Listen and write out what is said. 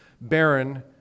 barren